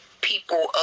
people